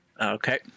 Okay